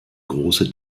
große